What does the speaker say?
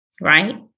Right